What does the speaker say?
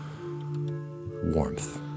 warmth